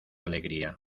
alegría